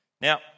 Now